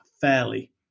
fairly